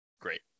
great